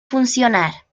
funcionar